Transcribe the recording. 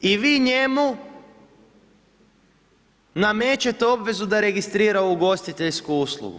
I vi njemu namećete obvezu da registrira ugostiteljsku uslugu.